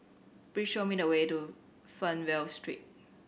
please show me the way to Fernvale Street